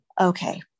Okay